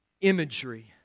imagery